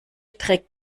trägt